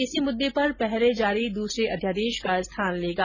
यह इसी मुद्दे पर पहले जारी दूसरे अध्यादेश का स्थान लेगा